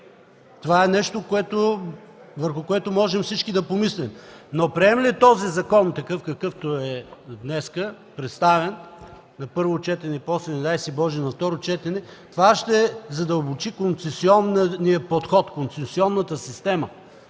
това е нещо, върху което можем всички да помислим. Приемаме ли този закон такъв, какъвто е представен днес за първо четене и после, не дай Боже, за второ четене, това ще задълбочи концесионния подход, концесионната система.